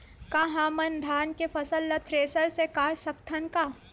का हमन धान के फसल ला थ्रेसर से काट सकथन का?